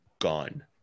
gone